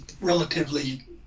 relatively